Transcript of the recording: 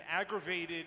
aggravated